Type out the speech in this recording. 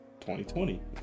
2020